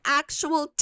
actual